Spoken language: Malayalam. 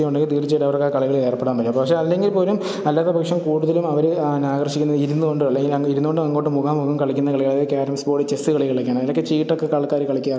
ശക്തി ഉണ്ടെങ്കിൽ തീർച്ചയായിട്ടും അവരുടേതായ കളികളിൽ ഏർപ്പെടാൻ പറ്റും പക്ഷേ അല്ലെങ്കിൽ പോലും അല്ലാത്ത പക്ഷം കൂടുതലും അവർ ന ആകർഷിക്കുന്നത് ഇടുന്നുകൊണ്ടോ അല്ലെങ്കിൽ അങ്ങിരുന്നുകൊണ്ടോ അങ്ങോട്ട് മുഖാമുഖം കളിക്കുന്ന കളിയായ ക്യാരംസ് ബോർഡ് ചെസ്സ് കളികളൊക്കെയാണ് അതിലൊക്കെ ചീട്ടൊക്കെ ആൾക്കാർ കളിക്കാറൊക്കെ ഉണ്ട്